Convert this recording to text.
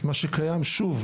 מה שקיים שוב,